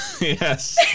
Yes